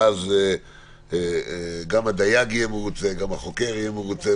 ואז גם הדייג יהיה מרוצה גם החוקר יהיה מרוצה,